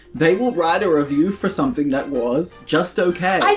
they will write a review for something that was, just okay. i